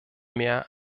mehr